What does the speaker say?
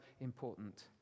important